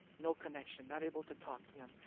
no connection, not able to talk to them,